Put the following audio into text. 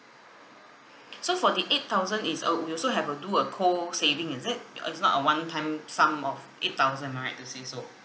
so for the eight thousand is uh we also have to do a co saving is it uh is not a one time sum of eight thousand am I right to say so